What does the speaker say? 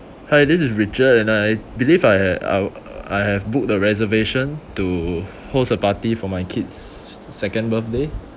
hi this is richard and I believe I have I I have book the reservation to host a party for my kids second birthday